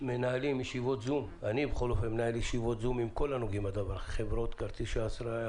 אני מנהל ישיבות זום עם כל הנוגעים בדבר חברות כרטיסי האשראי,